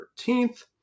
13th